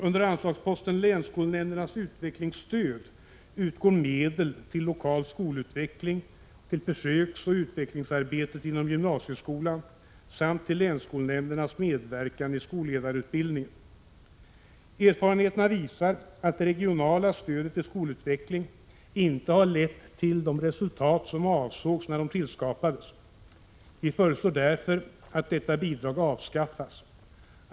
Under anslagsposten Länsskolnämndernas utvecklingsstöd utgår medel till lokal skolutveckling, till försöksoch utvecklingsarbetet inom gymnasieskolan samt till länsskolnämndernas medverkan i skolledarutbildningen. Erfarenheterna visar att det regionala stödet till skolutveckling inte har lett till de resultat som avsågs när det tillskapades. Vi föreslår därför att detta bidrag avskaffas.